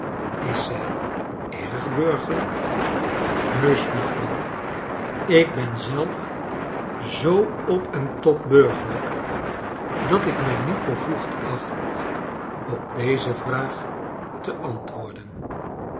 is zij erg burgerlijk kleine dobrit heusch mevrouw ik ben zelf zoo op en top burgerlijk dat ik mij niet bevoegd acht op deze vraag te antwoorden